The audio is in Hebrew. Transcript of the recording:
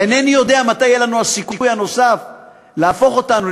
ואינני יודע מתי יהיה לנו הסיכוי הנוסף להפוך אותנו,